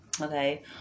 okay